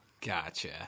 Gotcha